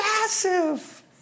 massive